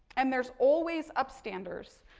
and there's always up standers.